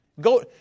Go